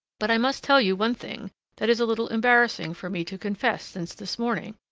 but i must tell you one thing that is a little embarrassing for me to confess since this morning,